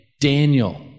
Daniel